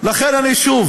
אני שוב